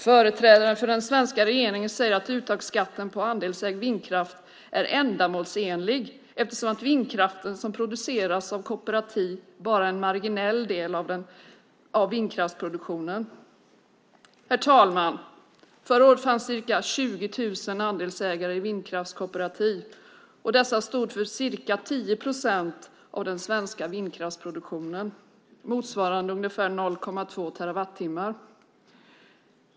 Företrädare för den svenska regeringen säger att uttagsbeskattning på andelsägd vindkraft är ändamålsenlig eftersom vindkraft som produceras av kooperativ bara är en marginell del av vindkraftsproduktionen. Herr talman! Förra året fanns ca 20 000 andelsägare i vindkraftskooperativ. Dessa stod för ca 10 procent av den svenska vindkraftsproduktionen - motsvarande ungefär 0,2 terawattimmar.